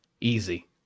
Easy